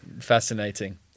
fascinating